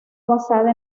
basada